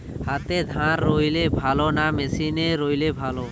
হাতে ধান রুইলে ভালো না মেশিনে রুইলে ভালো?